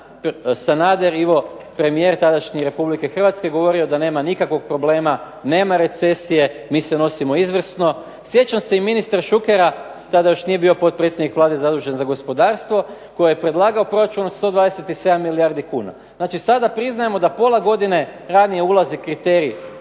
Sanader Ivo, premijer tadašnji Republike Hrvatske govorio da nema nikakvih problema, nema recesije, mi se nosimo izvrsno, sjećam se i ministra Šukera, tada još nije bio potpredsjednik Vlade zadužen za gospodarstvo koji je predlagao proračun od 127 milijardi kuna. Sada priznajemo da pola godine ranije ulazi kriterij